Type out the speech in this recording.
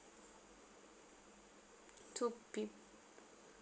two people